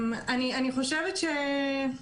בבקשה.